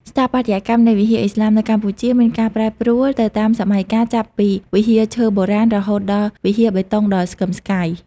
ស្ថាបត្យកម្មនៃវិហារឥស្លាមនៅកម្ពុជា មានការប្រែប្រួលទៅតាមសម័យកាល ចាប់ពីវិហារឈើបុរាណ រហូតដល់វិហារបេតុងដ៏ស្កឹមស្កៃ។